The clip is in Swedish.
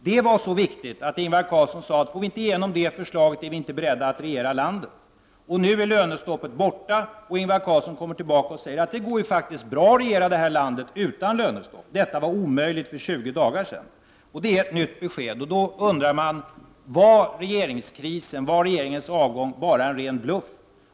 Det var så viktigt att Ingvar Carlsson sade så här: Får vi inte igenom det förslaget är vi inte beredda att regera landet. Nu är lönestoppet borta, samtidigt som Ingvar Carlsson kommer tillbaka och säger att det faktiskt går bra att regera landet utan lönestopp. Det var alltså omöjligt för 20 dagar sedan. Detta är ett nytt besked. Man undrar om regeringens avgång bara var en ren bluff.